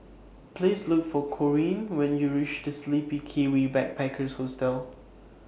Please Look For Corean when YOU REACH The Sleepy Kiwi Backpackers Hostel